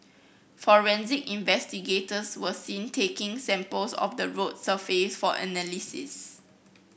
forensic investigators were seen taking samples of the road surface for analysis